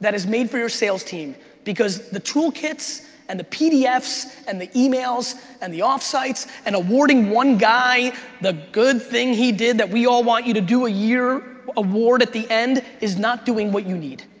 that is made for your sales team because the toolkits and the pdfs and the emails and the off-sites and awarding one guy the good thing he did that we all want you to do a year award at the end is not doing what you need.